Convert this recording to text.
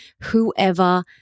whoever